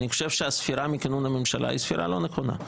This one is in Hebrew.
אני חושב שהספירה מכינון הממשלה היא ספירה לא נכונה,